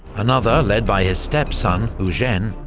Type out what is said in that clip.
another led by his stepson eugene,